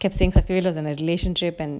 kept sinks a few of their relationship and